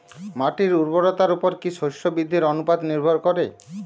মাটির উর্বরতার উপর কী শস্য বৃদ্ধির অনুপাত নির্ভর করে?